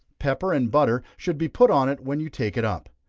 pepper, and butter, should be put on it when you take it up.